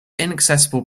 inaccessible